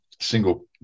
single